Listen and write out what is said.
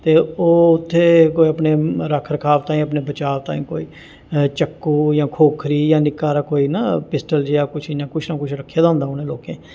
ते ओह् उत्थें कोई अपने रख रखाव ताहीं अपने बचाव ताहीं कोई चक्कू जां खोखरी जां निक्का हारा कोई ना पिस्टल जेहा कुछ इ'यां कुछ ना कुछ रक्खे दा होंदा उ'नें लोकें